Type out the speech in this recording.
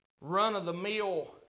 run-of-the-mill